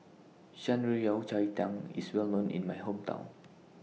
Shan Rui Yao Cai Tang IS Well known in My Hometown